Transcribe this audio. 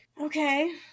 Okay